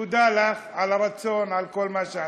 תודה לך על הרצון, על כל מה שעשיתם.